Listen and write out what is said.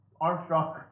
Armstrong